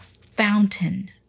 fountain